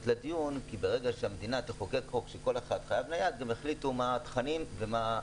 לדיון כי אם זה יקרה גם יחליטו מה התכנים וההגבלות.